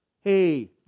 hey